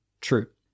true